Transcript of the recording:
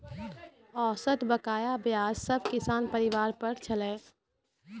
औसत बकाया ब्याज सब किसान परिवार पर छलै